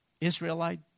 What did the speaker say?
Israelite